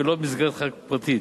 ולא במסגרת חקיקה פרטית.